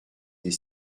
des